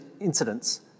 incidents